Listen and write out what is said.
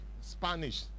Spanish